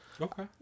Okay